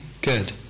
Good